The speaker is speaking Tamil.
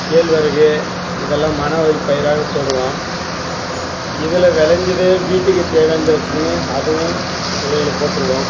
கேழ்வரகு இதெல்லாம் மானாவாரி பயிராக போடுவோம் இதில் விளைஞ்சது வீட்டுக்குத் தேவையானதை வைச்சுக்கின்னு அதுவும் விலையில் போட்டுருவோம்